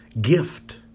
gift